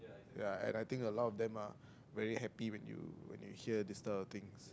ya and I think a lot of them are very happy when you when you hear these type of things